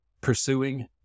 Pursuing